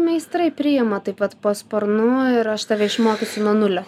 meistrai priima taip pat po sparnu ir aš tave išmokysiu nuo nulio